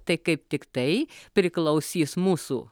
tai kaip tiktai priklausys mūsų